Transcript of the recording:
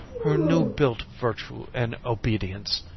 her new-built virtue and obedience.